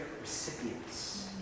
recipients